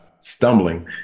stumbling